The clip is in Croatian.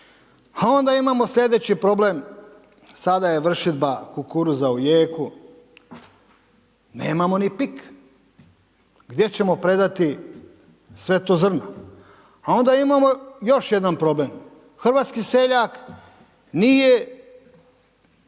A onda imamo sljedeći problem, sada je vršidba kukuruza u jeku, nemamo ni Pik, gdje ćemo predati sve to zrno? A onda imamo još jedan problem, hrvatski seljak nije